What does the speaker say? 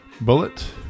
Bullet